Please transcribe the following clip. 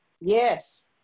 Yes